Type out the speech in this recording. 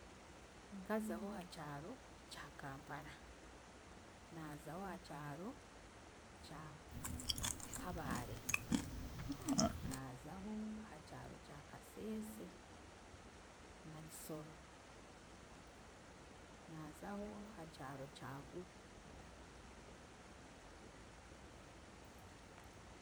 Nkaza ho ha kyaro kya Kampala, naazaho ha kyaro kya Kabale, naazaho ha kyaro kya Kasese na Kisoro. Naazaho ha kyaro kya Gulu.